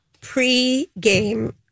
pre-game